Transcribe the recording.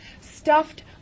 stuffed